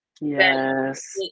yes